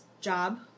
job